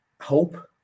hope